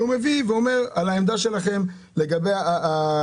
היושב-ראש הביא דוגמה של קוקה קולה בכל מדינות העולם.